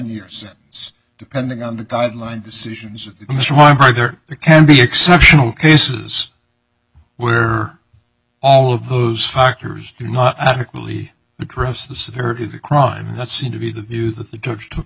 years depending on the guideline decisions either there can be exceptional cases where all of those factors do not adequately address the severity of the crime that seem to be the view that the took took